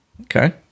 Okay